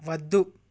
వద్దు